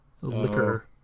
liquor